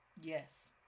Yes